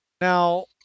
Now